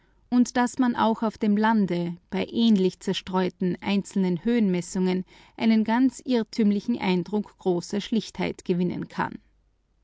und daß man auch auf dem lande bei ähnlich zerstreuten einzelnen höhenmessungen einen irrtümlichen eindruck großer schlichtheit gewinnen kann